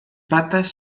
patas